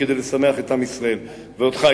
כדי לשמח את עם ישראל ואותך,